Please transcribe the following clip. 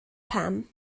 pam